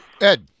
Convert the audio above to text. Ed